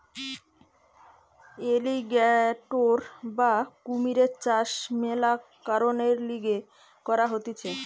alligator বা কুমিরের চাষ মেলা কারণের লিগে করা হতিছে